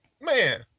man